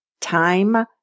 Time